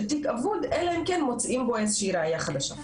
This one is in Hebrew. תיק אבוד אלא אם כן מוצאים בו איזה שהיא ראיה חדשה.